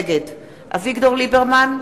נגד אביגדור ליברמן,